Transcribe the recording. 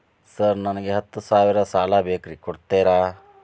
Sir ನನಗ ಹತ್ತು ಸಾವಿರ ಸಾಲ ಬೇಕ್ರಿ ಕೊಡುತ್ತೇರಾ?